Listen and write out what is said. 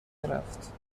میرفت